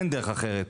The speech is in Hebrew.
אין דרך אחרת,